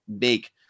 make